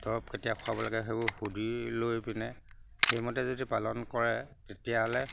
দৰৱ কেতিয়া খুৱাব লাগে সেইবোৰ সুধি লৈ পিনে সেইমতে যদি পালন কৰে তেতিয়াহ'লে